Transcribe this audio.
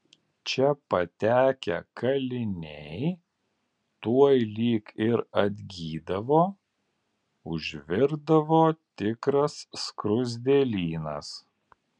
čia patekę kaliniai tuoj lyg ir atgydavo užvirdavo tikras skruzdėlynas